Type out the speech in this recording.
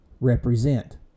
represent